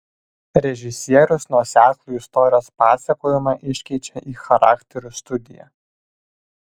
režisierius nuoseklų istorijos pasakojimą iškeičia į charakterių studiją